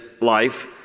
life